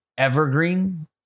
evergreen